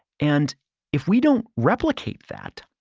and if we don't replicate that,